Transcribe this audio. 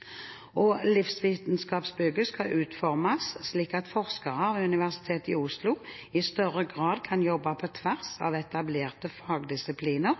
2023. Livsvitenskapsbygget skal utformes slik at forskere ved Universitetet i Oslo i større grad kan jobbe på tvers av etablerte fagdisipliner